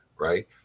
right